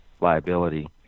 liability